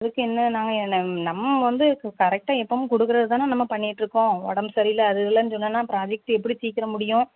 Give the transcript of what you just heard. அதுக்கு என்ன நான் நம்ம வந்து கரெக்டாக எப்பவும் கொடுக்குறது தானே நம்ம பண்ணிட்டுருக்கோம் உடம்பு சரியில்லை அது இதெல்லாம் சொன்னோன்னா ப்ராஜெக்ட் எப்படி சீக்கிரம் முடியும்